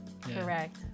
correct